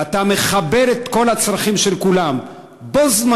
ואתה מחבר את כל הצרכים של כולם בו-זמנית,